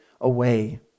away